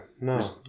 no